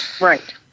Right